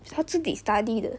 她自己 study 的